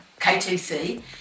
KTC